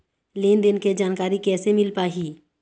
लेन देन के जानकारी कैसे मिल पाही?